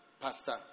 pastor